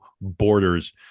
borders